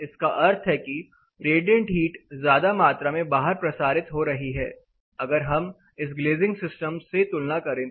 इसका अर्थ है कि रेडिएंट हीट ज्यादा मात्रा में बाहर प्रसारित हो रही है अगर हम इस ग्लेजिंग सिस्टम से तुलना करें तो